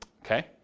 Okay